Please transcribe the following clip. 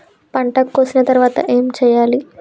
పంట కోసిన తర్వాత ఏం చెయ్యాలి?